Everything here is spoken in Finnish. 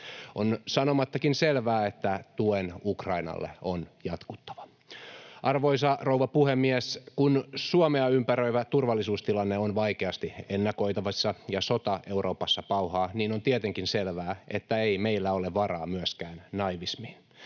On sanomattakin selvää, että tuen Ukrainalle on jatkuttava. Arvoisa rouva puhemies! Kun Suomea ympäröivä turvallisuustilanne on vaikeasti ennakoitavissa ja sota Euroopassa pauhaa, niin on tietenkin selvää, että ei meillä ole varaa myöskään naivismiin.